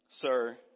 sir